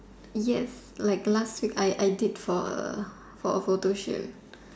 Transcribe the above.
yes like last week I I did for a for a photo shoot